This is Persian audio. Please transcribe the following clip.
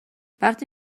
وقتی